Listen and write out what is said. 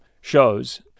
shows